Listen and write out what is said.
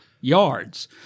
yards